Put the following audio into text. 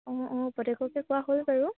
অঁ অঁ প্ৰত্যেককে কোৱা হ'ল বাৰু